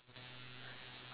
I need to pee too